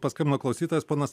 paskambino klausytojas ponas